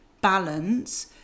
balance